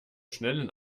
schnellen